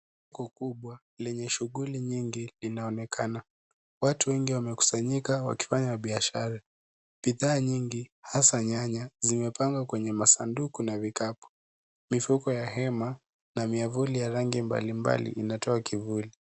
Soko kubwa lenye shughuli nyingi linaonekana. Watu wengi wamekusanyika wakifanya biashara. Bidhaa nyingi hasa nyanya zimepangwa kwenye masanduku na vikapu. Mifuko ya hema na miavuli ya rangi mbalimbali inatoa kivuli.